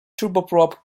turboprop